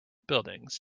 buildings